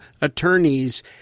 attorneys